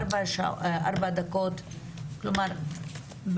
הישיבה ננעלה בשעה 13:05.